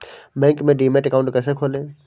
Bank में demat account कैसे खोलें?